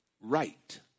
right